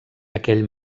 aquell